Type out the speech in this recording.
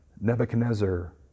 Nebuchadnezzar